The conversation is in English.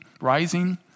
rising